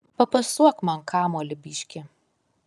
papasuok man kamuolį biškį